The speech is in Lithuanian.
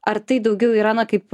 ar tai daugiau yra na kaip